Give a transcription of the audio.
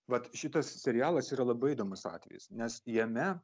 vat šitas serialas yra labai įdomus atvejis nes jame